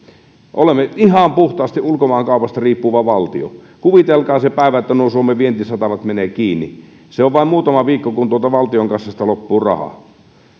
olemme ihan puhtaasti ulkomaankaupasta riippuva valtio kuvitelkaa se päivä että suomen vientisatamat menevät kiinni se on vain muutama viikko kun valtion kassasta loppuvat rahat